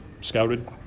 scouted